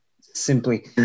Simply